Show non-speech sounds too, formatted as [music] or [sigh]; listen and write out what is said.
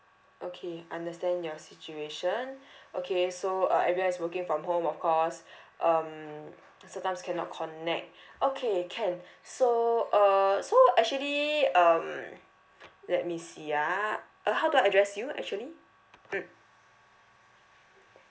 okay I understand your situation [breath] okay so uh everyone is working from home of course [breath] um sometimes cannot connect okay can so uh so actually um let me see ah uh how do I address you actually mm